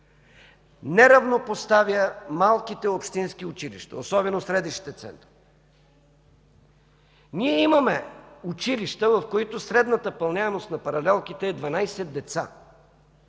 не равнопоставя малките общински училища, особено в средищните центрове. Ние имаме училища, в които средната пълняемост на паралелките е 12 деца.